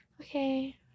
okay